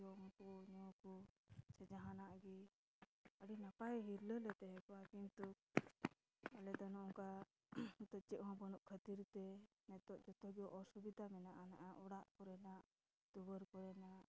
ᱡᱚᱢᱠᱚ ᱧᱩ ᱠᱚ ᱥᱮ ᱡᱟᱦᱟᱱᱟᱜ ᱜᱮ ᱟᱹᱰᱤ ᱱᱟᱯᱟᱭ ᱦᱤᱨᱞᱟᱹ ᱞᱮ ᱛᱟᱦᱮᱸ ᱠᱚᱜᱼᱟ ᱠᱤᱱᱛᱩ ᱟᱞᱮ ᱫᱚ ᱱᱚᱝᱠᱟ ᱱᱤᱛᱳᱜ ᱪᱮᱫᱦᱚᱸ ᱵᱟᱹᱱᱩᱜ ᱠᱷᱟᱹᱛᱤᱨ ᱛᱮ ᱱᱤᱛᱳᱜ ᱡᱚᱛᱚ ᱜᱮ ᱚᱥᱩᱵᱤᱫᱷᱟ ᱢᱮᱱᱟᱜ ᱟᱱᱟᱜ ᱚᱲᱟᱜ ᱠᱚᱨᱮᱱᱟᱜ ᱫᱩᱭᱟᱹᱨ ᱠᱚᱨᱮᱱᱟᱜ